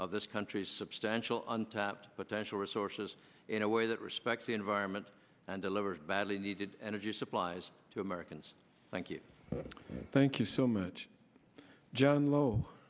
of this country substantial untapped potential resources in a way that respects the environment and delivers badly needed energy supplies to americans thank you thank you so much john low